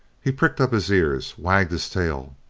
he pricked up his ears, wagged his tail,